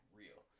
real